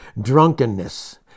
drunkenness